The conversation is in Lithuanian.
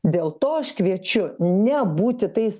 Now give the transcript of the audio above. dėl to aš kviečiu nebūti tais